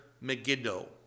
Megiddo